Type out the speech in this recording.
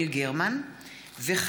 לדין מוקדם,